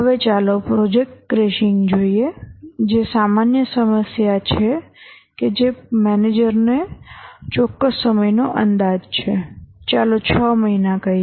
હવે ચાલો project crashing જોઈએ જે સામાન્ય સમસ્યા છે કે જે મેનેજરનો ચોક્કસ સમયનો અંદાજ છે ચાલો 6 મહિના કહીએ